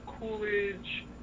Coolidge